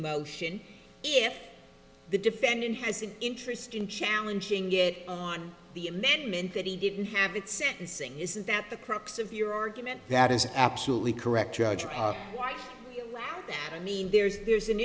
motion if the defendant has an interest in challenging it on the amendment that he didn't have that sentencing is that the crux of your argument that is absolutely correct judge wife i mean there's there's an